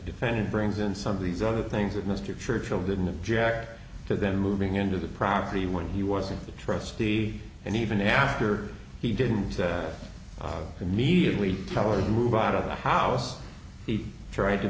defendant brings in some of these other things that mr churchill didn't object to them moving into the property when he was in the trustee and even after he didn't immediately tell him who by of the house he tried to